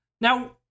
Now